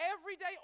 everyday